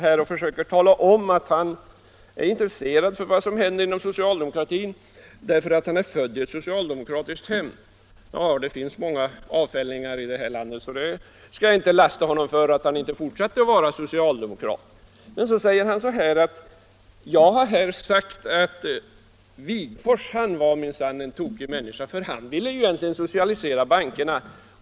Han säger sig vara intresserad av vad som händer inom socialdemokratin därför att han är född i ett socialdemokratiskt hem. Ja, det finns många avfällingar i detta land, så jag skall inte lasta honom för att han inte fortsatte att vara socialdemokrat. Jörn Svensson påstår vidare att jag har sagt att Ernst Wigforss minsann var en tokig människa för han ville egentligen socialisera bankerna.